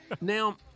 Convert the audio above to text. now